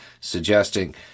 suggesting